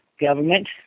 government